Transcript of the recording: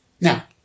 now